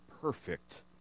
perfect